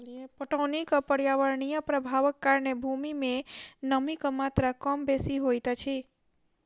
पटौनीक पर्यावरणीय प्रभावक कारणेँ भूमि मे नमीक मात्रा कम बेसी होइत अछि